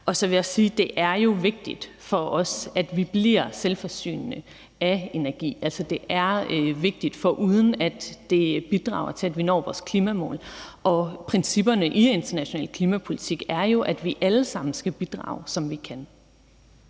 Og så vil jeg sige, at det jo er vigtigt for os, at vi bliver selvforsynende med energi. Altså, det er vigtigt, foruden at det bidrager til, at vi når vores klimamål. Og principperne i international klimapolitik er jo, at vi alle sammen skal bidrage, som vi kan.